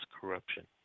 corruption